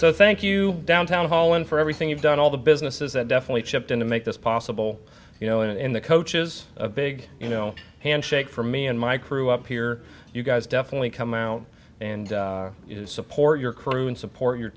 so thank you down town hall and for everything you've done all the businesses that definitely chipped in to make this possible you know in the coach is a big you know handshake for me and my crew up here you guys definitely come out and support your crew and support your